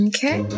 Okay